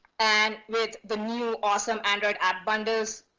and with the new awesome android app bundles,